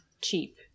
cheap